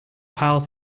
pal